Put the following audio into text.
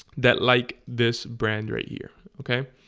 that like this brand right here, okay,